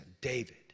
David